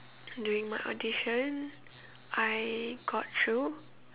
during my audition I got through